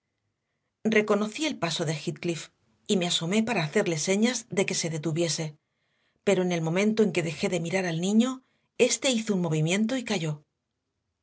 reconocí el paso de heathcliff y me asomé para hacerle señas de que se detuviese pero en el momento en que dejé de mirar al niño éste hizo un movimiento y cayó